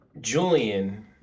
Julian